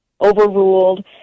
overruled